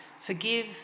Forgive